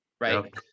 Right